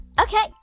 Okay